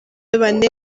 bane